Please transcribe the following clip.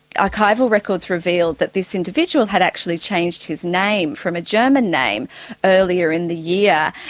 archival records reveal that this individual had actually changed his name from a german name earlier in the year,